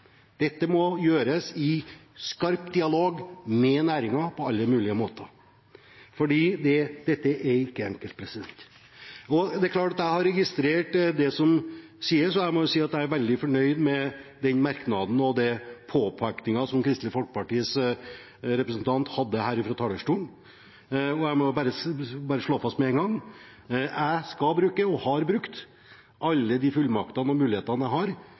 dette. Dette kan ikke gjøres gjennom hastverksarbeid. Dette må gjøres i skarp dialog med næringen på alle mulige måter, for dette er ikke enkelt. Jeg har registrert det som sies, og jeg er veldig fornøyd med den merknaden og den påpekningen som Kristelig Folkepartis representant hadde her fra talerstolen. Jeg må bare slå fast med en gang at jeg skal bruke – og har brukt – alle de fullmaktene og mulighetene jeg har,